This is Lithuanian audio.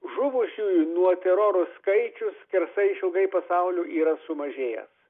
žuvusiųjų nuo teroro skaičius skersai išilgai pasaulio yra sumažėjęs